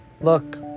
look